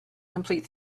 complete